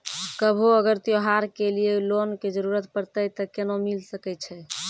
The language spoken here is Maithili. कभो अगर त्योहार के लिए लोन के जरूरत परतै तऽ केना मिल सकै छै?